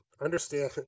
understand